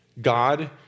God